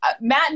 Matt